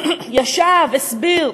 ישב, הסביר,